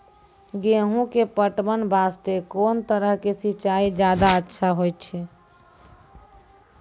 गेहूँ के पटवन वास्ते कोंन तरह के सिंचाई ज्यादा अच्छा होय छै?